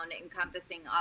encompassing